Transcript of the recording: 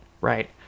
right